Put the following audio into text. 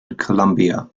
columbia